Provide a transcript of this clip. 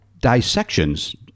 dissections